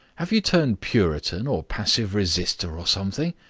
have you turned puritan or passive resister, or something?